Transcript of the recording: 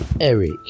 Eric